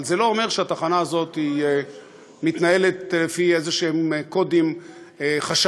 אבל זה לא אומר שהתחנה הזאת מתנהלת לפי איזשהם קודים חשאיים.